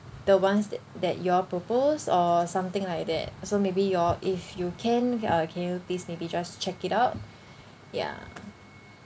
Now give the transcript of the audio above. the ones that that your proposed or something like that so maybe you all if you can uh can you please may be just check it out ya